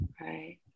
right